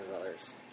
others